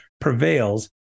prevails